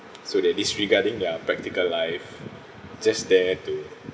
so they're disregarding their practical life just there to